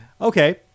Okay